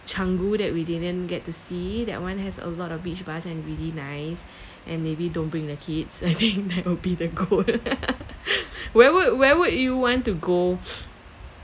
canggu that we didn't get to see that one has a lot of beach bars and really nice and maybe don't bring the kids I think that will be the goal where would where would you want to go